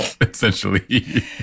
essentially